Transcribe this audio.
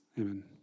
Amen